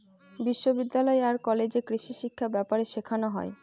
বিশ্ববিদ্যালয় আর কলেজে কৃষিশিক্ষা ব্যাপারে শেখানো হয়